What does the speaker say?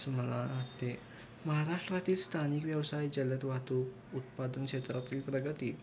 असं मला वाटते महाराष्ट्रातील स्थानिक व्यवसाय जलद वाहतुक उत्पादन क्षेत्रातील प्रगती